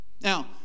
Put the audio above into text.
Now